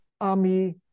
army